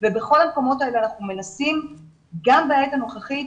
ובכל המקומות האלה אנחנו מנסים גם בעת הנוכחית